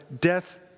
death